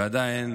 ועדיין